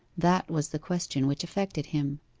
that was the question which affected him.